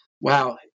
wow